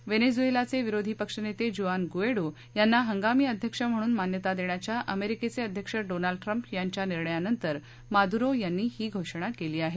वेनेजुएलाचे विरोधी पक्षनेते Juan Guaido यांना हगांमी अध्यक्ष म्हणून मान्यता देण्याच्या अमेरिकेचे अध्यक्ष डोनाल्ड ट्रंप यांच्या निर्णयानंतर मादुरो यांनी ही घोषणा केली आहे